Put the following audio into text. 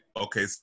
okay